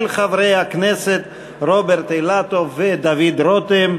של חברי הכנסת רוברט אילטוב ודוד רותם.